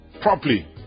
properly